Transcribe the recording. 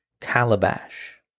calabash